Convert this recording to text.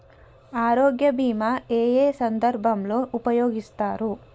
ఆరోగ్య బీమా ఏ ఏ సందర్భంలో ఉపయోగిస్తారు?